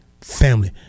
family